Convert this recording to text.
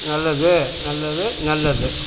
நல்லது நல்லது நல்லது